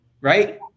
Right